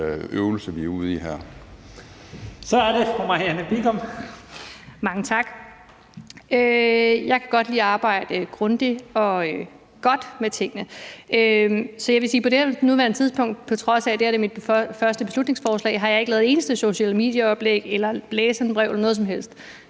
er det fru Marianne Bigum. Kl. 15:36 Marianne Bigum (SF): Mange tak. Jeg kan godt lide at arbejde grundigt og godt med tingene, så jeg vil sige, at på nuværende tidspunkt, på trods af at det her er mit første beslutningsforslag, har jeg ikke lavet et eneste social media-opslag, debatindlæg eller noget som helst.